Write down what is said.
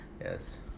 Yes